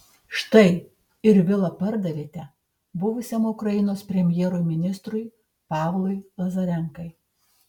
štai ir vilą pardavėte buvusiam ukrainos premjerui ministrui pavlui lazarenkai